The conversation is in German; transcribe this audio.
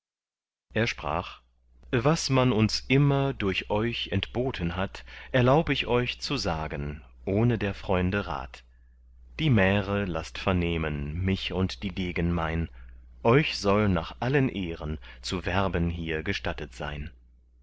er sprach was man uns immer durch euch entboten hat erlaub ich euch zu sagen ohne der freunde rat die märe laßt vernehmen mich und die degen mein euch soll nach allen ehren zu werben hier gestattet sein